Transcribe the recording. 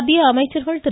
மத்திய அமைச்சர்கள் திரு